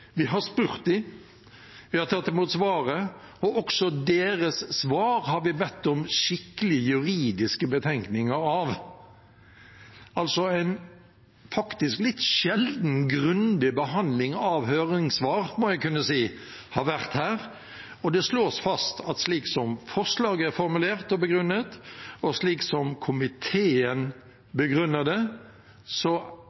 Vi har spurt dem, vi har tatt imot svaret, og også deres svar har vi bedt om skikkelige juridiske betenkninger av – altså en litt sjeldent grundig behandling av et høringssvar, må jeg kunne si det har vært her. Og det slås fast at slik som forslaget er formulert og begrunnet, og slik som komiteen begrunner det, så er de betenkningene relevante å